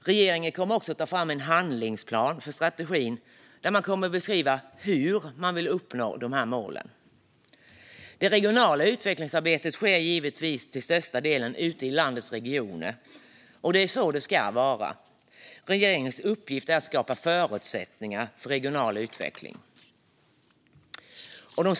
Regeringen kommer också att ta fram en handlingsplan för strategin där man kommer att beskriva hur man vill uppnå målen. Det regionala utvecklingsarbetet sker givetvis till största delen ute i landets regioner, och det är så det ska vara. Regeringens uppgift är att skapa förutsättningar för regional utveckling.